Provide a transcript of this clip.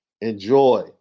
Enjoy